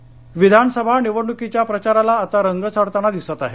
प्रचार विधानसभा निवडणुकीच्या प्रचाराला आता रंग चढताना दिसत आहे